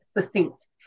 succinct